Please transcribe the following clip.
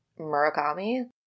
Murakami